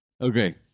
Okay